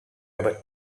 ever